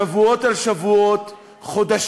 ואתה לא נותן לי לדבר עליו, והזמן שלי עובר, וחבל.